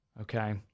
Okay